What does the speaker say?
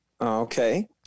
Okay